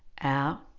Out